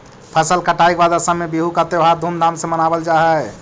फसल कटाई के बाद असम में बिहू का त्योहार धूमधाम से मनावल जा हई